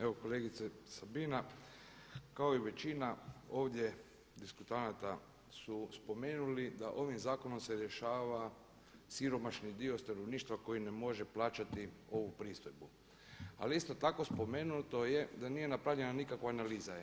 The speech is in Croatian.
Evo kolegice Sabina kao i većina ovdje diskutanata su spomenuli da ovim zakonom se rješava siromašni dio stanovništva koji ne može plaćati ovu pristojbu, ali isto tako spomenuto je da nije napravljena nikakva analiza.